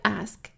ask